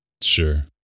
Sure